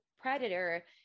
predator